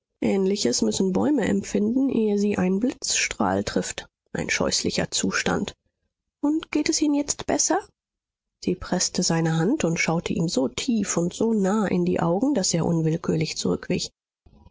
ähnliches müssen bäume empfinden ehe sie ein blitzstrahl trifft ein scheußlicher zustand und geht es ihnen jetzt besser sie preßte seine hand und schaute ihm so tief und so nah in die augen daß er unwillkürlich zurückwich